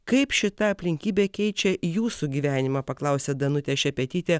kaip šita aplinkybė keičia jūsų gyvenimą paklausia danutė šepetytė